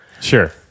Sure